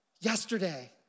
Yesterday